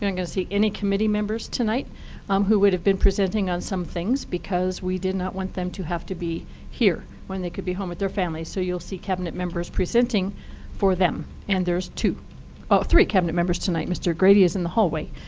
going going to see any committee members tonight um who would have been presenting on some things because we did not want them to have to be here when they could be home with their families. so you'll see cabinet members presenting for them. and there's ah three cabinet members tonight. mr. grady is in the hallway.